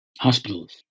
hospitals